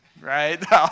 right